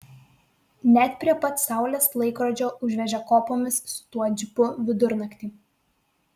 net prie pat saulės laikrodžio užvežė kopomis su tuo džipu vidurnaktį